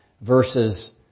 versus